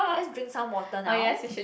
let's drink some water now